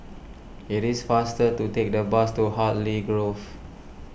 it is faster to take the bus to Hartley Grove